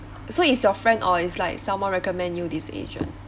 so is your friend or it's like someone recommend you this agent